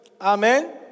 Amen